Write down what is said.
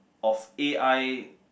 of a_i